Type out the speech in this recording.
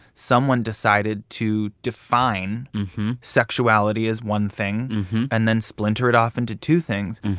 someone decided to define sexuality as one thing and then splinter it off into two things.